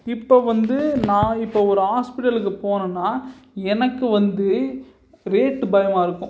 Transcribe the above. இப்போது வந்து நான் இப்போ ஒரு ஹாஸ்ப்பிட்டலுக்கு போனேன்னா எனக்கு வந்து ரேட் பயமாக இருக்கும்